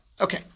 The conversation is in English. Okay